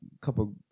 couple